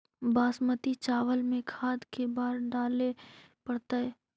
बासमती चावल में खाद के बार डाले पड़तै?